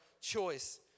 choice